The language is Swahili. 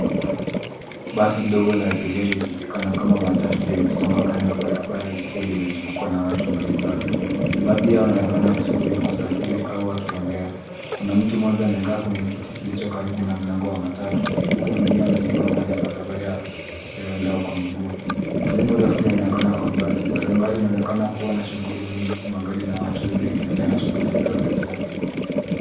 Basi dogo la abiria, lijulikanalo kama matatu, limesimama kando ya barabara, likiwa limezungukwa na watu mbalimbali. Baadhi yao wanaonekana wakisubiri kusafiri au wakiongea. Kuna mtu mmoja amekaa kwenye kiti kilicho karibu na mlango wa matatu, huku wengine wamesimama kwenye barabara ya waenda kwa miguu. Jengo refu linaonekana kwa mbali. Barabara inaonekana kuwa na shughuli nyingi, huku magari na watu wengi wakiendelea na shughuli zao za kila siku.